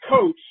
coach